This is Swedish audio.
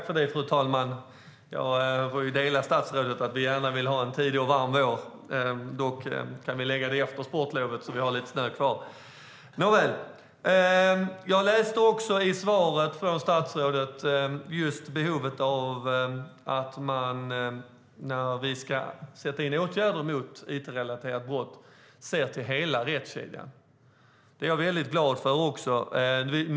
Fru talman! Låt oss hoppas på en tidig och varm vår, statsrådet, men gärna efter sportlovet så att vi får ha lite snö kvar. I sitt svar tar statsrådet upp behovet av att se till hela rättskedjan när det ska sättas in åtgärder mot it-relaterade brott. Det gläder mig.